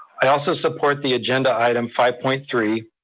i also support the agenda item five point three,